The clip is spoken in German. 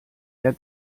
der